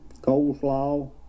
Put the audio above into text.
coleslaw